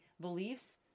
beliefs